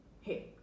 hey